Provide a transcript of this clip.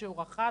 שהוא רחב,